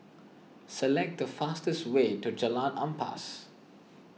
select the fastest way to Jalan Ampas